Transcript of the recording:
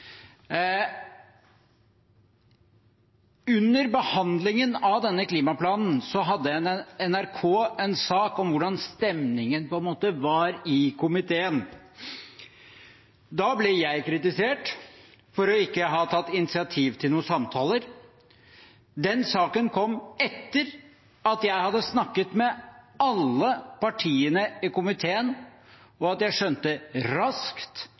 Under behandlingen av denne klimaplanen hadde NRK en sak om hvordan stemningen var i komiteen. Da ble jeg kritisert for ikke å ha tatt initiativ til noen samtaler. Den saken kom etter at jeg hadde snakket med alle partiene i komiteen og jeg raskt skjønte at her var uenigheten bl.a. på rød-grønn side for stor, og selvfølgelig, som jeg